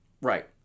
right